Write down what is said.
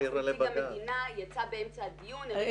נציג המדינה יצא באמצע הדיון.